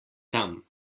tam